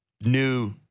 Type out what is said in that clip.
new